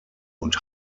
und